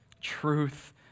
truth